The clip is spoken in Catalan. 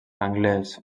anglès